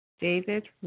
David